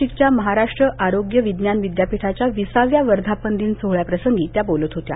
नाशिकच्या महाराष्ट्र आरोग्य विज्ञान विद्यापीठाच्या विसाव्या वर्धापन दिन सोहळ्याप्रसंगी त्या बोलत होत्या